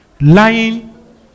lying